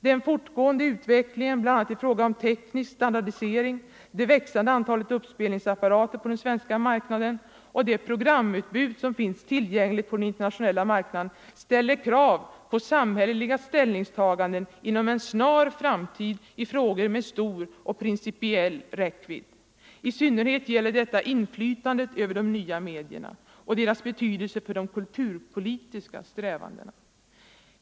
Den fortgående utvecklingen, bl.a. i fråga om teknisk standardisering, det växande antalet uppspelningsapparater på den svenska marknaden och det programutbud som finns tillgängligt på den internationella marknaden, ställer krav på samhälleliga ställningstaganden inom en snar framtid i frågor med stor och principiell räckvidd. I synnerhet gäller detta inflytandet över de nya medierna och deras betydelse för de kulturpolitiska strävandena.